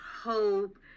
hope